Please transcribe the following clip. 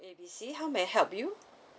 A B C how may I help you